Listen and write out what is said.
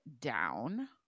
down